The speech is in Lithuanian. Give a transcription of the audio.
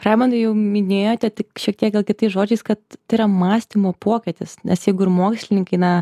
raimundai jau minėjote tik šiek tiek gal kitais žodžiais kad tai yra mąstymo pokytis nes jeigu ir mokslininkai na